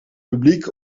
publiek